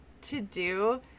to-do